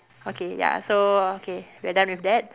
okay ya so okay we are done with that